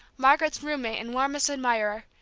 margaret's roommate and warmest admirer,